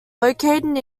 located